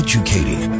Educating